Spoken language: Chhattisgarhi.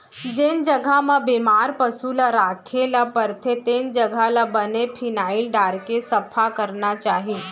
जेन जघा म बेमार पसु ल राखे ल परथे तेन जघा ल बने फिनाइल डारके सफा करना चाही